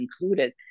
included